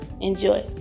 enjoy